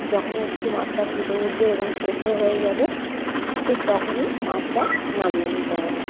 যখনই একটু মাছটা একটু ফুটে উঠবে এবং সেদ্ধ হয়ে যাবে ঠিক তখনই মাছটা নামিয়ে নিতে হবে